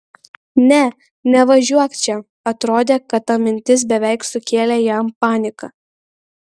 ne nevažiuok čia atrodė kad ta mintis beveik sukėlė jam paniką